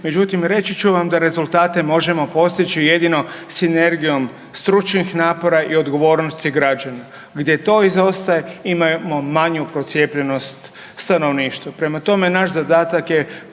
Međutim, reći ću vam da rezultate možemo postići jedino sinergijom stručnih napora i odgovornosti građana, gdje to izostaje imamo manju procijepljenost stanovništva. Prema tome, naš zadatak je